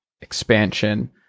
expansion